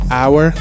hour